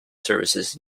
services